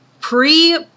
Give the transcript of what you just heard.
pre